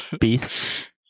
beasts